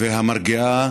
והמרגיעה